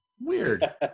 Weird